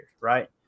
right